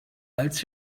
als